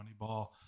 Moneyball